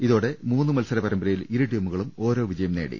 ഇതോടെ മൂന്ന് മത്സര പരമ്പരയിൽ ഇരു ടീമു കളും ഓരോ വിജയം നേടി